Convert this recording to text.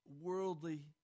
worldly